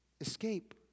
escape